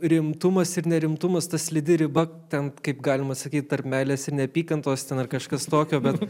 rimtumas ir nerimtumas ta slidi riba ten kaip galima sakyt tarp meilės ir neapykantos ten ar kažkas tokio bet